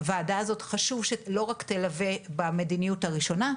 הוועדה הזו חשוב שהיא לא רק תלווה במדיניות הראשונה,